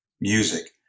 music